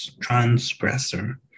transgressor